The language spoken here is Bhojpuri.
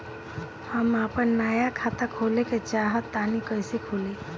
हम आपन नया खाता खोले के चाह तानि कइसे खुलि?